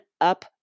up